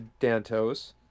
Dantos